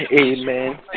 amen